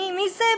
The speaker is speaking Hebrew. מי זה?